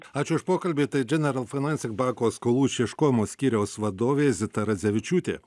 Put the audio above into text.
ačiū už pokalbį tai general financing banko skolų išieškojimo skyriaus vadovė zita radzevičiūtė